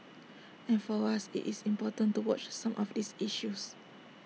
and for us IT is important to watch some of these issues